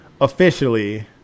officially